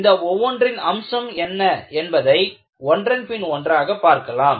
இந்த ஒவ்வொன்றின் அம்சம் என்ன என்பதை ஒன்றன் பின் ஒன்றாக நாம் பார்க்கலாம்